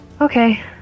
Okay